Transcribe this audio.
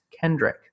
Kendrick